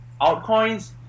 altcoins